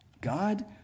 God